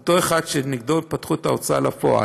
אותו אחד שנגדו פתחו את ההוצאה לפועל,